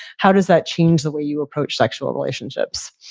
how does that change the way you approach sexual relationships?